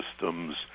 systems